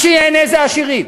מי שייהנה זה העשירים.